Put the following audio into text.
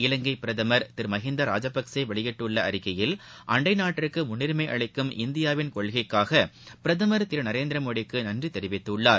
இலங்கை பிரதமர் திரு மகிந்த ராஜபக்சே வெளியிட்டுள்ள அறிக்கையில் அண்டை நாட்டிற்கு முன்னுரிமை அளிக்கும் இந்தியாவின் கொள்கைக்காக பிரதமர் திரு நரேந்திரமோடிக்கு நன்றி தெரிவித்துள்ளார்